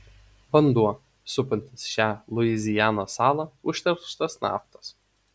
vanduo supantis šią luizianos salą užterštas naftos